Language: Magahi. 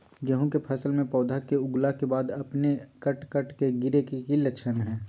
गेहूं के फसल में पौधा के उगला के बाद अपने अपने कट कट के गिरे के की लक्षण हय?